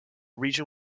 region